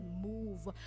move